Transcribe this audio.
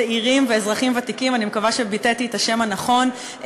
צעירים ואזרחים ותיקים אני מקווה שביטאתי את השם הנכון,